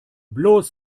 bloß